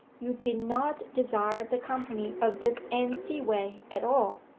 you did not desire the company of this anne seaway at all,